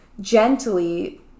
gently